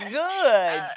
good